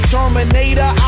Terminator